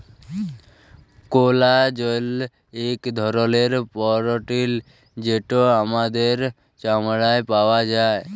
collagen ইক ধরলের protein যেট আমাদের চামড়ায় পাউয়া যায়